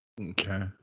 Okay